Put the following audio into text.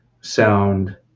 sound